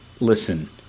listen